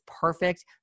perfect